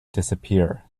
disappear